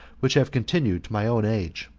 which have continued to my own age.